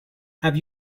have